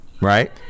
right